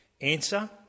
Answer